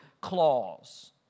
clause